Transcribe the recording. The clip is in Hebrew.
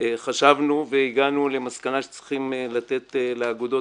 חשבנו והגענו למסקנה שצריכים לתת לאגודות